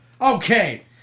Okay